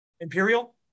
Imperial